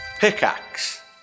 Pickaxe